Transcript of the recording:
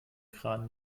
kran